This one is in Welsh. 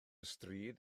stryd